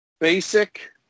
Basic